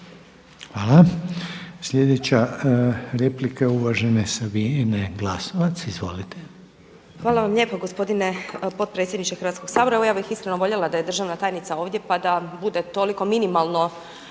Hvala. Sljedeća replika je uvažene Sabine Glasovac. Izvolite. **Glasovac, Sabina (SDP)** Hvala vam lijepo potpredsjedniče Hrvatskog sabora. Evo ja bih iskreno voljela da je državna tajnica ovdje pa da bude toliko minimalno